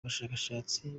abashakashatsi